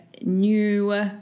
new